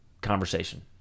conversation